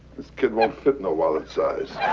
this kid won't fit in a wallet size.